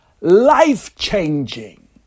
life-changing